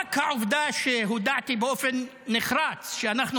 רק העובדה שהודעתי באופן נחרץ שאנחנו